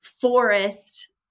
forest